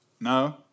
No